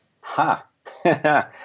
Ha